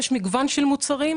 יש מגוון של מוצרים,